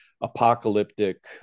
apocalyptic